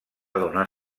donar